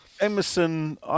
Emerson